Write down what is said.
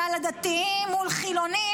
זה על הדתיים מול חילונים,